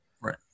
right